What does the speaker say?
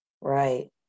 right